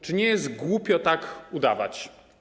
Czy nie jest głupio tak udawać?